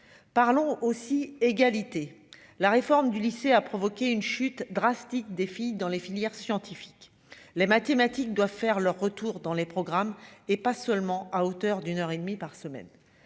parlons aussi égalité la réforme du lycée, a provoqué une chute drastique des filles dans les filières scientifiques, les mathématiques doivent faire leur retour dans les programmes, et pas seulement à hauteur d'une heure et demie par semaine